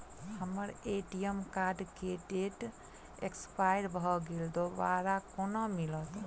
हम्मर ATM card केँ date expire भऽ गेल दोबारा कोना मिलत?